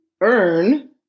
earn